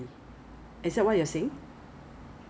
so Ezbuy 就跟你买 lor 他就 act as a agent lor 因为